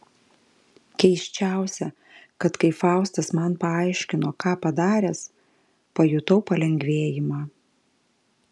keisčiausia kad kai faustas man paaiškino ką padaręs pajutau palengvėjimą